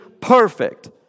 perfect